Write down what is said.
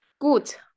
Gut